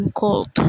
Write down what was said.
cold